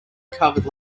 covered